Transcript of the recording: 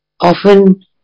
Often